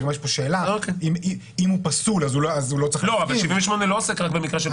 כי גם יש פה שאלה אם הוא פסול --- אבל 78 לא עוסק רק במקרה של פסלות.